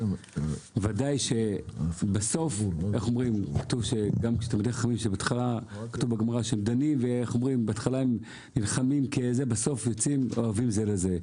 ודאי שבסוף כפי שכתוב בגמרא - דנים ובסוף אוהבים זה לזה.